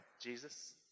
Jesus